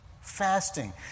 fasting